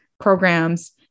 programs